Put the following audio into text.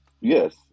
Yes